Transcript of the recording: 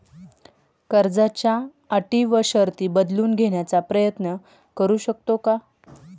कर्जाच्या अटी व शर्ती बदलून घेण्याचा प्रयत्न करू शकतो का?